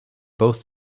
both